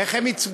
איך הם הצביעו?